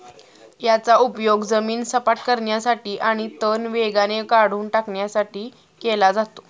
याचा उपयोग जमीन सपाट करण्यासाठी आणि तण वेगाने काढून टाकण्यासाठी केला जातो